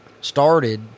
started